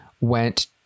went